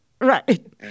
Right